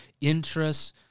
interests